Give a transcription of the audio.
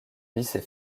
lycée